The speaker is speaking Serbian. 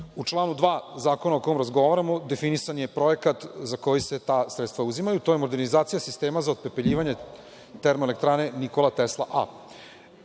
članu 2. zakona o kome razgovaramo definisan je projekat za koji se ta sredstva uzimaju. To je modernizacija sistema za otpepeljivanje termoelektrane „Nikola Tesla